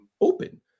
open